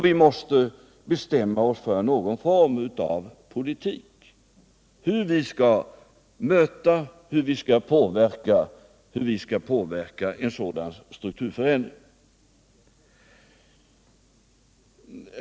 Vi måste bestämma oss för någon form av politik — hur vi skall möta och påverka en sådan strukturförändring.